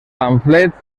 pamflets